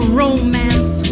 romance